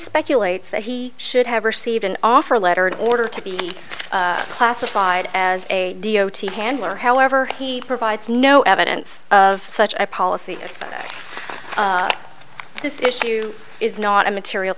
speculates that he should have received an offer letter in order to be classified as a d o t handler however he provides no evidence of such a policy this issue is not a material